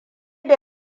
da